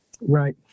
Right